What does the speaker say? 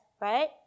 right